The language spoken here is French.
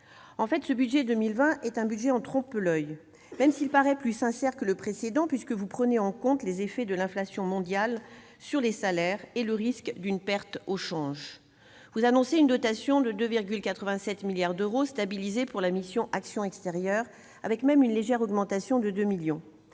En fait, ce budget pour 2020 est un budget en trompe-l'oeil, même s'il paraît plus sincère que le précédent, puisque vous prenez en compte les effets de l'inflation mondiale sur les salaires et le risque d'une perte liée aux taux de change. Vous annoncez une dotation de 2,87 milliards d'euros, stabilisée, pour la mission « Action extérieure de l'État », avec même une légère augmentation de 2 millions